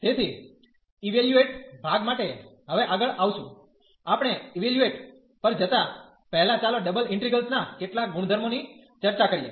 તેથી ઇવેલ્યુએટ ભાગ માટે હવે આગળ આવશું આપણે ઇવેલ્યુએટ પર જતા પહેલા ચાલો ડબલ ઇન્ટિગ્રેલ્સ ના કેટલાક ગુણધર્મોની ચર્ચા કરીએ